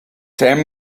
tell